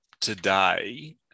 today